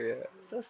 no